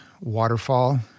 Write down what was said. waterfall